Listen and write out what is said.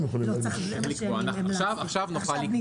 תשובה.